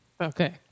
Okay